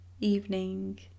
evening